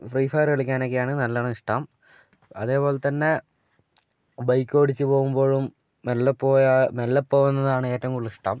Free Fire കളിക്കാനൊക്കെയാണ് നല്ലോണം ഇഷ്ടം അതേപോലെത്തന്നെ ബൈക്കോടിച്ച് പോകുമ്പോഴും മെല്ലെ പോയ മെല്ലെ പോകുന്നതാണ് ഏറ്റവും കൂടുതലിഷ്ടം